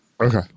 okay